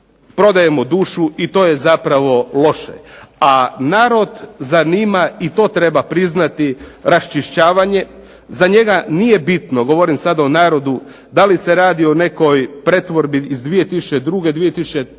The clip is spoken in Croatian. prodajemo dušu i to je zapravo loše a narod zanima i to treba priznati raščišćavanje. Za njega nije bitno, govorim sad o narodu da li se radi o nekoj pretvorbi iz 2002., 2005.,